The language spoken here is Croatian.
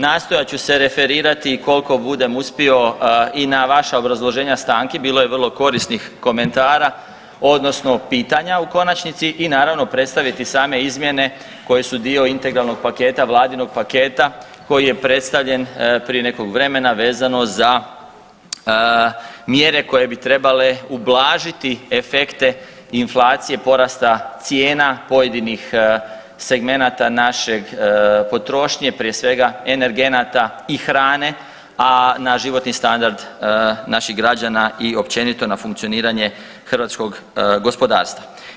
Nastojat ću se referirati i kolko budem uspio i na vaša obrazloženja stanki, bilo je vrlo korisnih komentara odnosno pitanja u konačnici i naravno predstaviti same izmjene koje su dio integralnog paketa vladinog paketa koji je predstavljen prije nekog vremena vezano za mjere koje bi trebale ublažiti efekte inflacije porasta cijena pojedinih segmenata naše potrošnje, prije svega energenata i hrane, a na životni standard naših građana i općenito na funkcioniranje hrvatskog gospodarstva.